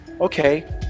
okay